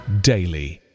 daily